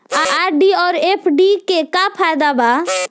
RD आउर FD के का फायदा बा?